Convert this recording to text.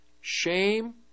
shame